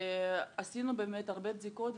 עשינו באמת הרבה בדיקות.